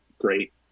great